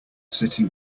city